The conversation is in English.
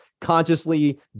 consciously